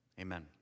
Amen